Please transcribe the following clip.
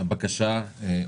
הצבעה בעד, פה אחד הבקשה אושרה.